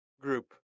group